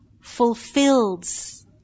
fulfills